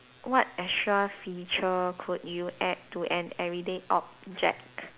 what extra feature could you add to an everyday object